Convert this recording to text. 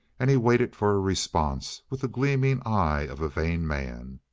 and he waited for a response with the gleaming eye of a vain man.